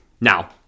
now